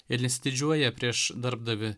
ir nesididžiuoja prieš darbdavį